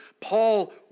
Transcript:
Paul